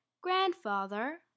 grandfather